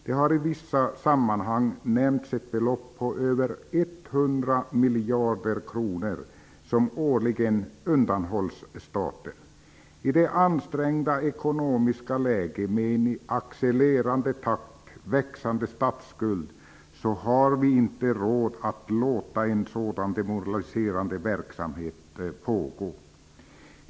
Det har i vissa sammanhang nämnts ett belopp på över 100 miljarder kronor som årligen undanhålls staten. I det ansträngda ekonomiska läget med en i accelererande takt växande statsskuld har vi inte råd att låta en sådan demoraliserande verksamhet pågå.